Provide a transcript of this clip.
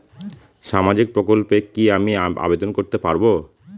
সামাজিক প্রকল্পে কি আমি আবেদন করতে পারবো?